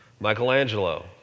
Michelangelo